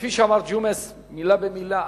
כפי שאמר ג'ומס מלה במלה,